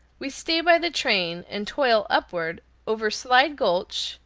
we stay by the train, and toil upward, over slide gulch,